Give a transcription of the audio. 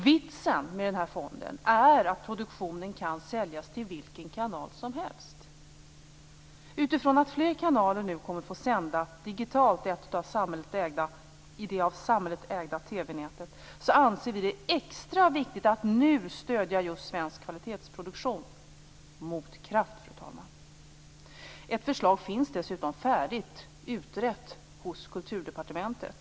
Vitsen med den här fonden är att produktionen kan säljas till vilken kanal som helst. Utifrån att fler kanaler nu kommer att få sända digitalt i det av samhället ägda TV-nätet anser vi det extra viktigt att nu stödja just svensk kvalitetsproduktion. Motkraft, fru talman! Ett förslag finns dessutom färdigt och utrett hos Kulturdepartementet.